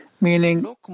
Meaning